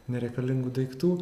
nereikalingų daiktų